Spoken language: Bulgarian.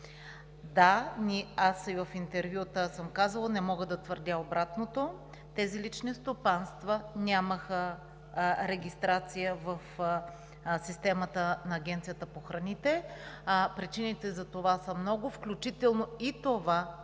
Да, в интервюта съм казала – не мога да твърдя обратното, тези лични стопанства нямаха регистрация в системата на Агенцията по храните. Причините за това са много, включително и това,